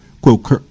Quote